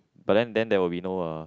but then then there'll be no